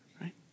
right